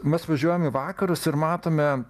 mes važiuojam į vakarus ir matome